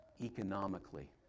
economically